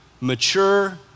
mature